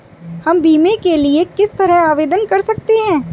हम बीमे के लिए किस तरह आवेदन कर सकते हैं?